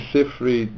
Sifri